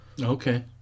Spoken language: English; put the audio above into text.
Okay